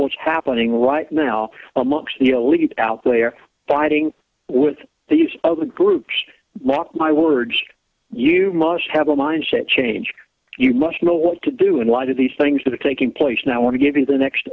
course happening right now among the elite out there fighting with these other groups mark my words you must have a mindset change you must know what to do in light of these things that are taking place now want to give you the next